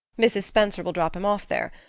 mrs. spencer will drop him off there.